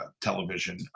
television